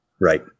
Right